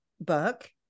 book